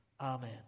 Amen